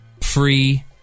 free